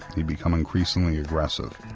he'd become increasingly aggressive,